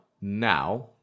now